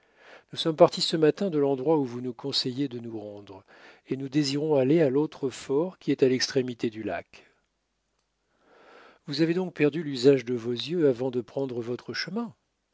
nous sommes partis ce matin de l'endroit où vous nous conseillez de nous rendre et nous désirons aller à l'autre fort qui est à l'extrémité du lac vous avez donc perdu l'usage de vos yeux avant de prendre votre chemin